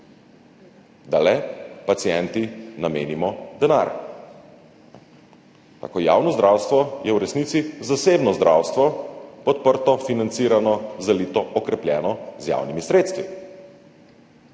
da le pacienti namenimo denar. Takšno javno zdravstvo je v resnici zasebno zdravstvo, podprto, financirano, zalito, okrepljeno z javnimi sredstvi.